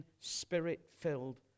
spirit-filled